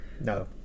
no